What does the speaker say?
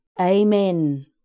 Amen